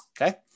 okay